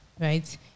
right